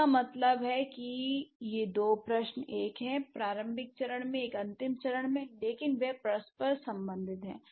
इसका मतलब है कि ये दो प्रश्न एक हैं प्रारंभिक चरण में एक अंतिम चरण में है लेकिन वे परस्पर संबंधित हैं